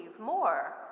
more